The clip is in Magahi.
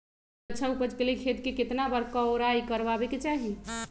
एक अच्छा उपज के लिए खेत के केतना बार कओराई करबआबे के चाहि?